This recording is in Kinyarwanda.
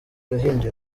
yahinduye